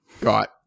got